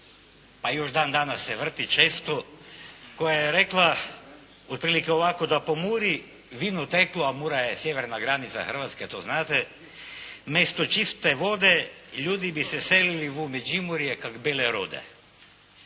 pa još dan danas se vrti često, koja je rekla otprilike ovako da po Muri vino teklo a Mura je sjeverna granica Hrvatske to znate, mesto čiste vode ljudi bi se selili u Međimurje kak' bele rode.